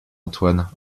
antoine